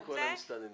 אני קורא להם מסתננים.